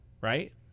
right